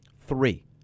three